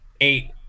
eight